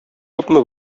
күпме